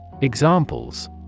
Examples